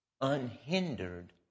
unhindered